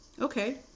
okay